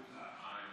כבוד היושב-ראש,